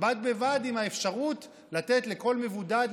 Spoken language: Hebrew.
בד בבד עם האפשרות לתת לכל מבודד,